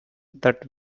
that